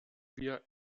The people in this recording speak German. wir